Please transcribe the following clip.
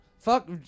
Fuck